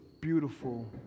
beautiful